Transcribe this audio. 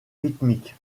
rythmique